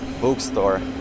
bookstore